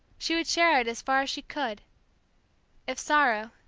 she would share it as far as she could if sorrow,